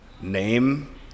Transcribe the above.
name